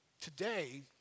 today